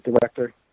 director